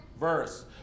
verse